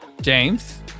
James